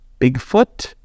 Bigfoot